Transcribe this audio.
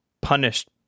punished